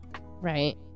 Right